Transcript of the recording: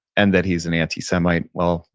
and that he's an antisemite. well,